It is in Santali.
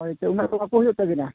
ᱦᱳᱭ ᱛᱚ ᱩᱱᱟᱹᱜ ᱫᱚ ᱵᱟᱠᱚ ᱦᱩᱭᱩᱜ ᱛᱟᱹᱵᱤᱱᱟ